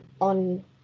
on